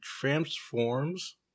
transforms